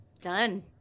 Done